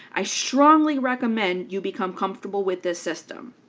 i strongly recommend you become comfortable with this system.